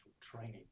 training